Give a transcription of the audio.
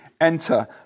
enter